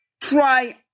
try